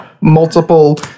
multiple